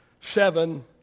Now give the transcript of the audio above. seven